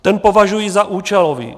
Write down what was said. Ten považuji za účelový.